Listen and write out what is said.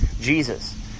Jesus